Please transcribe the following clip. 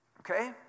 Okay